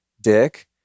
dick